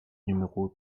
numéro